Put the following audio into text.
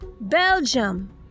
belgium